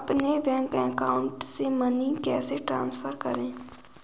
अपने bank account से money कैसे ट्रांसफर करें?